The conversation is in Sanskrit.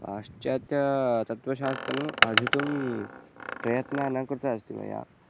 पाश्चात्यं तत्त्वशास्त्रम् अध्येतुं प्रयत्नः न कृतः अस्ति मया